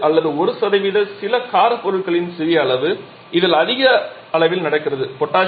5 அல்லது 1 சில காரப் பொருட்களின் சிறிய அளவு இது அதிக அளவில் நடத்துகிறது